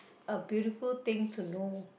a beautiful thing to know